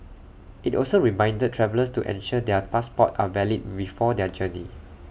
IT also reminded travellers to ensure their passports are valid before their journey